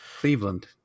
Cleveland